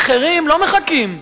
האחרים לא מחכים,